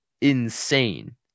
insane